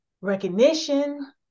recognition